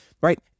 Right